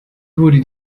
wurde